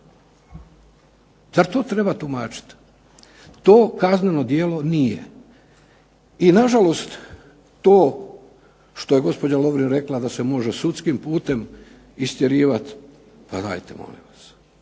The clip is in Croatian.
zar to treba tumačiti? To kazneno djelo nije i nažalost to što je gospođa Lovrin rekla da se može sudskim putem istjerivat, pa dajte molim vas!